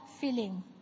feeling